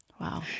Wow